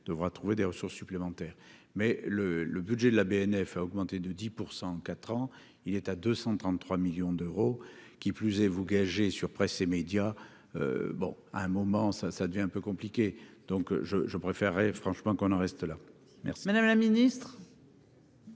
devra trouver des ressources supplémentaires, mais le le budget de la BNF a augmenté de 10 % en 4 ans, il est à 233 millions d'euros, qui plus est vous gagé sur Presse et médias bon à un moment, ça, ça devient un peu compliqué, donc je je préférerais franchement qu'on en reste là, merci